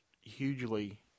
hugely